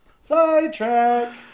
Sidetrack